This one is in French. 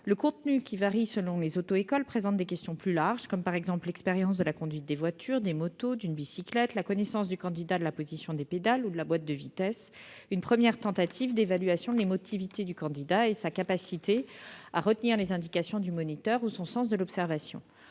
Le contenu, qui varie selon les auto-écoles, présente des questions plus larges, comme l'expérience de la conduite des voitures, des motos, d'une bicyclette, la connaissance de la position des pédales ou de la boîte de vitesses, une première tentative d'évaluation de l'émotivité du candidat et sa capacité à retenir les indications du moniteur ou son sens de l'observation.